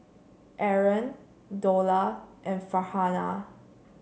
Aaron Dollah and Farhanah